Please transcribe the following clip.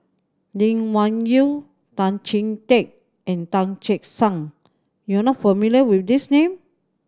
Lee Wung Yew Tan Chee Teck and Tan Che Sang you are not familiar with these name